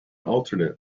alternate